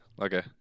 Okay